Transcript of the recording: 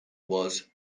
was